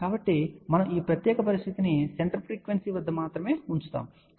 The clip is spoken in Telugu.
కాబట్టి మనము ఈ ప్రత్యేక పరిస్థితిని సెంటర్ ఫ్రీక్వెన్సీ వద్ద మాత్రమే ఉంచుతున్నాము సరే